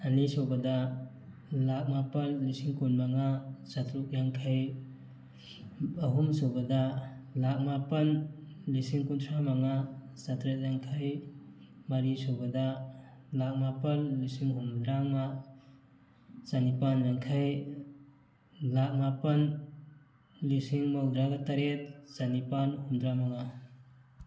ꯑꯅꯤꯁꯨꯕꯗ ꯂꯥꯈ ꯃꯥꯄꯟ ꯂꯤꯁꯤꯡ ꯀꯨꯟꯃꯉꯥ ꯆꯥꯇ꯭ꯔꯨꯛ ꯌꯥꯡꯈꯩ ꯑꯍꯨꯝꯁꯨꯕꯗ ꯂꯥꯈ ꯃꯥꯄꯟ ꯂꯤꯁꯤꯡ ꯀꯨꯟꯊ꯭ꯔꯥꯃꯉꯥ ꯆꯥꯇ꯭ꯔꯦꯠ ꯌꯥꯡꯈꯩ ꯃꯔꯤꯁꯨꯕꯗ ꯂꯥꯈ ꯃꯥꯄꯟ ꯂꯤꯁꯤꯡ ꯍꯨꯝꯗ꯭ꯔꯥꯃꯉꯥ ꯆꯅꯤꯄꯥꯟ ꯌꯥꯡꯈꯩ ꯂꯥꯈ ꯃꯥꯄꯟ ꯂꯤꯁꯤꯡ ꯃꯧꯗ꯭ꯔꯥꯒ ꯇꯔꯦꯠ ꯆꯅꯤꯄꯥꯟ ꯍꯨꯝꯗ꯭ꯔꯥꯃꯉꯥ